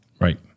Right